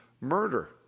murder